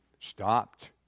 stopped